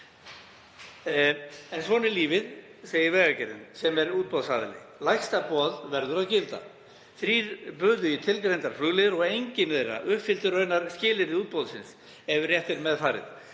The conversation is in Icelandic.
En svona er lífið, segir Vegagerðin, sem er útboðsaðili. Lægsta boð verður að gilda. Þrír buðu í tilgreindar flugleiðir og enginn þeirra uppfyllti raunar skilyrði útboðsins, ef rétt er með farið.